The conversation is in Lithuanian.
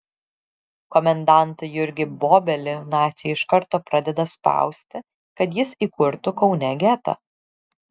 komendantą jurgį bobelį naciai iš karto pradeda spausti kad jis įkurtų kaune getą